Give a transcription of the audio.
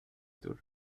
tour